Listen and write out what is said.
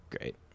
great